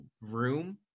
room